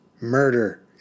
Murder